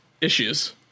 issues